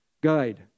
guide